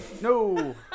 no